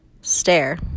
stare